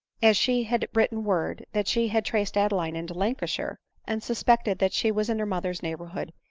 as she had written word that she had traced adeline into lancashire, and suspected that she was in her mother's neighborhood.